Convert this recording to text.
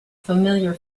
familiar